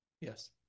yes